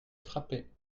frappé